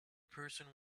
person